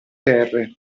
terre